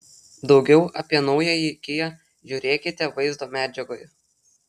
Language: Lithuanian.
daugiau apie naująjį kia žiūrėkite vaizdo medžiagoje